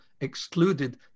excluded